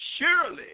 surely